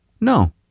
no